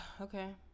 okay